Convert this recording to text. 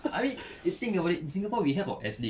I mean you think about it in singapore we have our S league